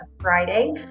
Friday